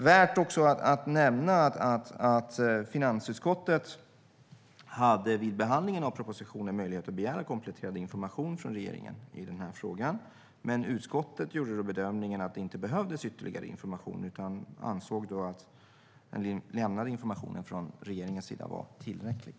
Värt att nämna är också att finansutskottet vid behandlingen av propositionen hade möjlighet att begära kompletterande information från regeringen i frågan, men utskottet gjorde bedömningen att det inte behövdes ytterligare information. Man ansåg att den lämnade informationen från regeringens sida var tillräcklig.